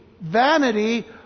vanity